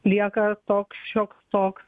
lieka toks šioks toks